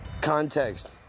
Context